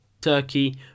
Turkey